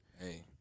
Hey